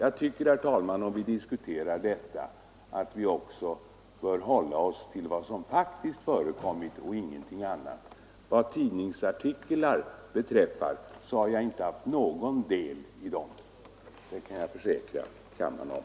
När vi diskuterar detta tycker jag, herr talman, att vi bör hålla oss till vad som faktiskt förekommit och ingenting annat. Vad tidningsartiklarna beträffar vill jag säga att jag inte har någon del i dem — det kan jag försäkra kammaren.